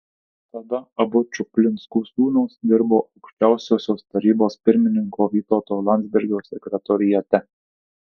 tada abu čuplinskų sūnūs dirbo aukščiausiosios tarybos pirmininko vytauto landsbergio sekretoriate